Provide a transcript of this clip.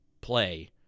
play